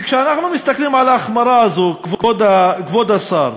כי כשאנחנו מסתכלים על ההחמרה הזו, כבוד השר,